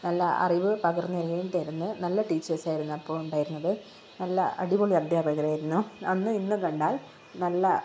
നല്ല അറിവ് പകർന്ന് തരികയും തെരുന്ന നല്ല ടീച്ചേർസ് ആയിരുന്നു അപ്പോൾ ഉണ്ടായിരുന്നത് നല്ല അടിപൊളി അധ്യാപകരായിരുന്നു അന്നും ഇന്നും കണ്ടാൽ നല്ല